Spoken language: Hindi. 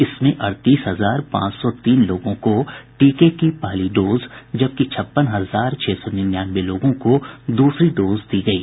इसमें अड़तीस हजार पांच सौ तीन लोगों को टीके की पहली डोज जबकि छप्पन हजार छह सौ निन्यानवे लोगों को दूसरी डोज दी गयी